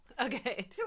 Okay